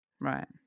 Right